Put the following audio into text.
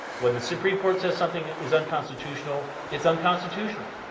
when the supreme court says something is unconstitutional, it's unconstitutional.